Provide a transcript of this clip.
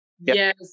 yes